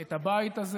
את הבית הזה